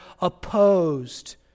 opposed